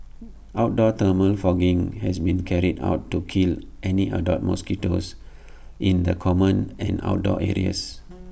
outdoor thermal fogging has been carried out to kill any adult mosquitoes in the common and outdoor areas